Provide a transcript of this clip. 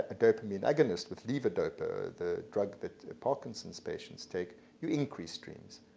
ah dopamine agonist with levodopa, the drug that parkinson's patients take you increase dreams.